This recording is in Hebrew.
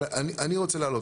אבל אני רוצה להעלות.